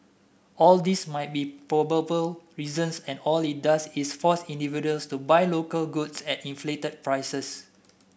all these might be probable reasons and all it does is force individuals to buy local goods at inflated prices